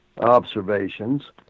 observations